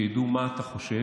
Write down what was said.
שידעו מה אתה חושב.